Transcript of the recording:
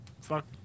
Fuck